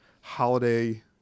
holiday